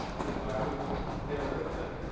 as i was there with him,